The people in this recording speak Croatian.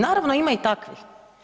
Naravno ima i takvih.